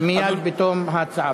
מייד בתום הצגת ההצעה.